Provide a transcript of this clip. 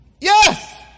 Yes